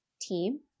team